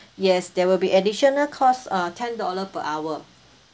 yes there will be additional cost uh ten dollar per hour